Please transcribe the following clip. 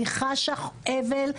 אני חשה אבל,